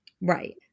Right